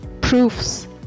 proofs